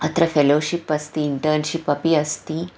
अत्र फ़ेलोषिप् अस्ति इन्टर्न्शिप् अपि अस्ति